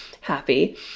happy